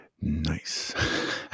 Nice